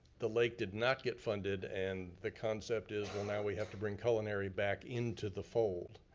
the lake did not get funded, and the concept is, well now we have to bring culinary back into the fold.